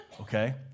Okay